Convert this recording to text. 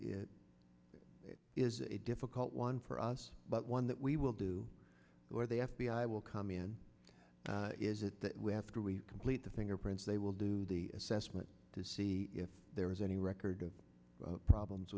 is it is a difficult one for us but one that we will do or the f b i will come in is it that way after we complete the fingerprints they will do the assessment to see if there is any record of problems